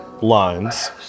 lines